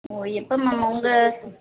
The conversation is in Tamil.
ஓ எப்போ மேம் உங்கள்